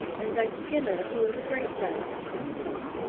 and doug skinner, who is a great friend of this club.